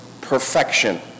perfection